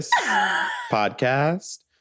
podcast